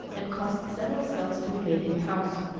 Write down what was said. and caused several cells to be made in the house,